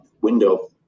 window